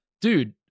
Dude